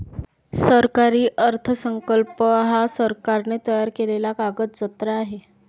सरकारी अर्थसंकल्प हा सरकारने तयार केलेला कागदजत्र आहे